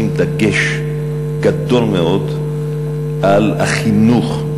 לשים דגש גדול מאוד על החינוך,